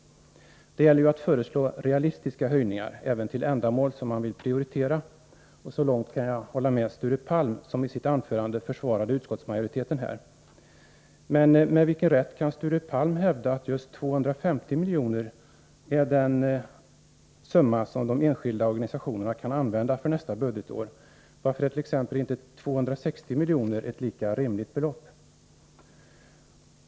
Det gäller ju att föreslå realistiska höjningar även till ändamål som man vill prioritera. Så långt kan jag hålla med Sture Palm, som i sitt anförande försvarade utskottsmajoriteten. Men med vilken rätt kan Sture Palm hävda att just 250 milj.kr. är den summa som de enskilda organisationerna kan använda för nästa budgetår? Varför är t.ex. inte 260 miljoner ett lika rimligt belopp?